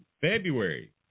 February